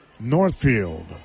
Northfield